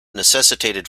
necessitated